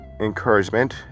encouragement